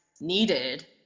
needed